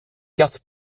cartes